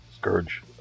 Scourge